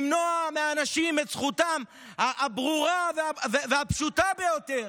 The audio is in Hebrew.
למנוע מאנשים את זכותם הברורה והפשוטה ביותר,